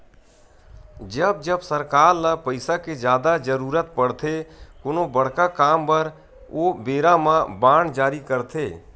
जब जब सरकार ल पइसा के जादा जरुरत पड़थे कोनो बड़का काम बर ओ बेरा म बांड जारी करथे